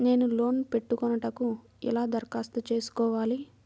నేను లోన్ పెట్టుకొనుటకు ఎలా దరఖాస్తు చేసుకోవాలి?